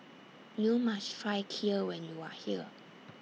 YOU must Try Kheer when YOU Are here